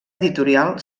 editorial